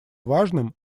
важным